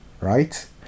right